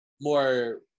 more